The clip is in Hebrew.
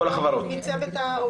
העובדים, זה מכלל מצבת העובדים?